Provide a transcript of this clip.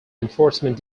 enforcement